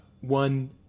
One